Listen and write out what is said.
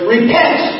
Repent